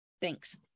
Thanks